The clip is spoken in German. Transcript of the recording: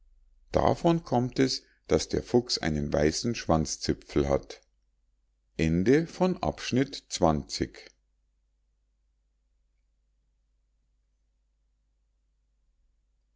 davon kommt es daß der fuchs einen weißen schwanzzipfel hat